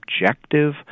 objective